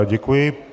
Děkuji.